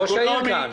ראש העירייה נמצא כאן.